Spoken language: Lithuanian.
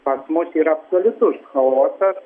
pas mus yra absoliutus chaosas